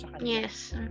Yes